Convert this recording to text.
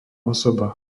osoba